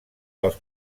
dels